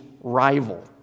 rival